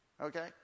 okay